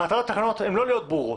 מטרת התקנות הן לא להיות ברורות.